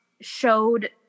showed